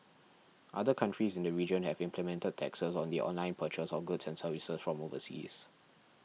other countries in the region have implemented taxes on the online purchase of goods and services from overseas